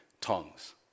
tongues